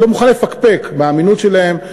לא מוכן לפקפק באמינות שלהם,